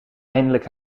eindelijk